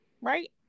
Right